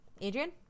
adrian